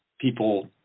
people